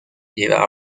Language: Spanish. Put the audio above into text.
llevaba